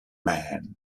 man